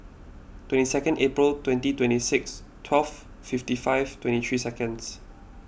twenty two Aprill twenty twenty six twelve fifty five twenty three seconds